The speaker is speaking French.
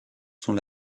sont